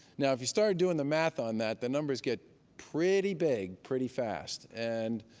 now, if you started doing the math on that, the numbers get pretty big pretty fast. and